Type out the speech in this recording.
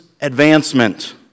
advancement